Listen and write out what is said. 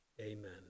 Amen